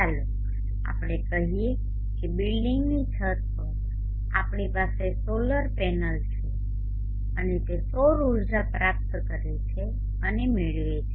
ચાલો આપણે કહીએ કે બિલ્ડિંગની છત પર આપણી પાસે સોલર પેનલ છે અને તે સૌર ઊર્જા પ્રાપ્ત કરે છે અને મેળવે છે